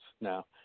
now